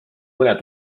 mõne